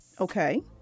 Okay